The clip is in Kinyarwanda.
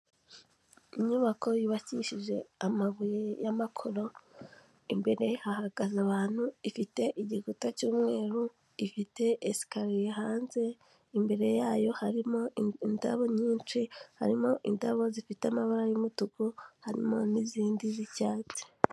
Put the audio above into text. Inyubako yubakishije amabuye y'amakoro, imbere hahagaze abantu, ifite igikuta cy'umweru ifite escariye hanze, imbere yayo harimo indabo nyinshi harimo indabo zifite amabara y'umutuku, harimo n'izindi z'icyatsi.